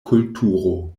kulturo